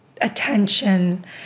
attention